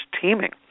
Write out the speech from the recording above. teeming